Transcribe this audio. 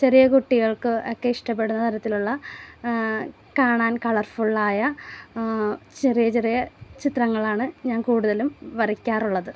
ചെറിയ കുട്ടികൾക്ക് ഒക്കെ ഇഷ്ടപ്പെടുന്ന തരത്തിലുള്ള കാണാൻ കളർ ഫുളളായ ചെറിയ ചെറിയ ചിത്രങ്ങളാണ് ഞാൻ കൂടുതലും വരയ്ക്കാറുള്ളത്